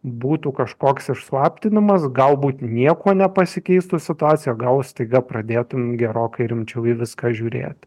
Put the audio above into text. būtų kažkoks išslaptinamas galbūt niekuo nepasikeistų situacija gal staiga pradėtum gerokai rimčiau į viską žiūrėti